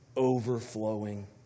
overflowing